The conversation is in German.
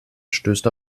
stößt